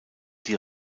die